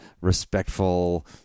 respectful